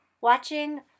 watching